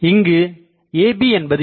இங்கு AB என்பது என்ன